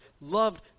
loved